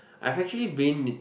I've actually been